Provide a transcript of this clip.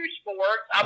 sports